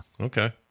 Okay